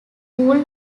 cool